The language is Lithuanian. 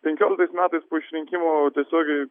penkioliktais metais po išrinkimo tiesiogiai